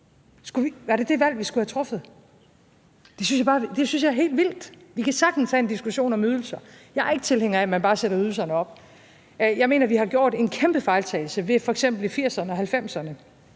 Var det det valg, vi skulle have truffet? Det synes jeg er helt vildt. Vi kan sagtens have en diskussion om ydelser. Jeg er ikke tilhænger af, at man bare sætter ydelserne op. Jeg mener, vi har gjort en kæmpe fejltagelse ved f.eks. i 1980'erne og 1990'erne